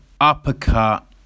uppercut